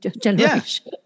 generation